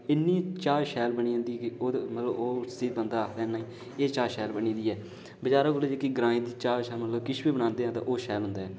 इन्नी चाह् शैल बनी जंदी मतलब केह् ओह् दा आखदा एह चाह् शैल बनी दी ऐ बजारे कोला जेह्की ग्रां दी चाह् शाह् बी बनादे ऐ मतलब